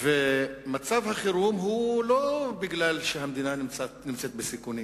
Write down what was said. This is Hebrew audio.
מצב החירום הוא לא מפני שהמדינה נמצאת בסיכון.